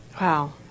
Wow